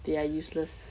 they are useless